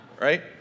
right